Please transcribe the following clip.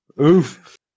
oof